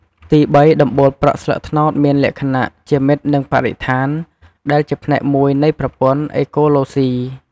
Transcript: ទីបី ដំបូលប្រក់ស្លឹកត្នោតមានលក្ខណៈ ជាមិត្តនឹងបរិស្ថានដែលជាផ្នែកមួយនៃប្រព័ន្ធអេកូឡូស៊ី។